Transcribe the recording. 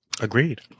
Agreed